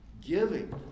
giving